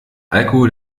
alkohol